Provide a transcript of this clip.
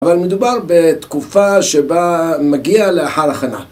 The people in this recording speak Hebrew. אבל מדובר בתקופה שבה מגיע לאחר הכנה.